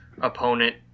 opponent